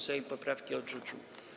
Sejm poprawki odrzucił.